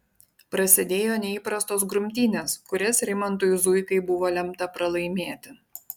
prasidėjo neįprastos grumtynės kurias rimantui zuikai buvo lemta pralaimėti